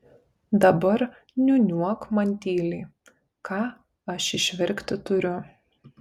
dabar niūniuok man tyliai ką aš išverkti turiu